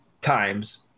times